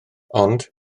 ond